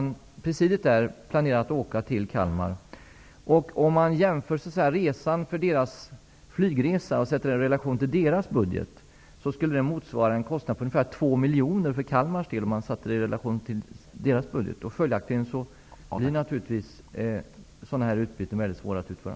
Presidiet där planerar att åka till Kalmar. Om man sätter flygresan för dem i relation till deras budget skulle det motsvara en kostnad på ungefär två miljoner för Kalmars del. Följaktligen blir sådana här utbyten naturligtvis väldigt svåra att utföra.